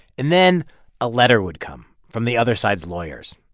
and then a letter would come from the other side's lawyers.